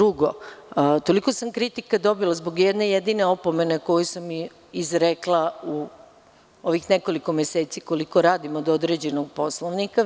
Drugo, toliko sam kritika dobila zbog jedne jedine opomene koju sam izrekla u ovih nekoliko meseci, koliko radim, od određenog poslanika.